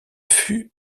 fut